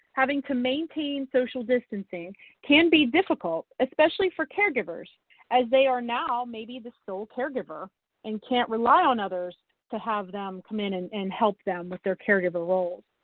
having to maintain social distancing can be difficult especially for caregivers as they are now maybe the sole caregiver and can't rely on others to have them come in and and help them with their caregiver roles.